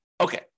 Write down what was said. Okay